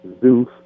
Zeus